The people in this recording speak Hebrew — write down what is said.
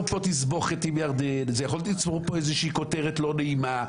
תסבוכת עם ירדן או כותרת לא נעימה.